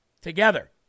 Together